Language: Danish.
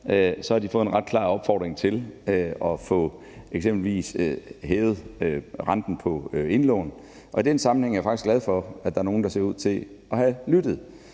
har de fået en ret klar opfordring til eksempelvis at få hævet renten på indlån, og i den sammenhæng er jeg faktisk glad for, at der er nogle, der ser ud til at have lyttet.